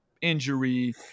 injury